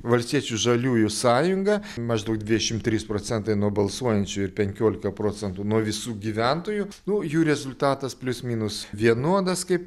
valstiečių žaliųjų sąjunga maždaug dvidešim trys procentai nuo balsuojančių ir penkiolika procentų nuo visų gyventojų nu jų rezultatas plius minus vienodas kaip